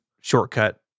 shortcut